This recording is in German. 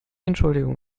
entschuldigung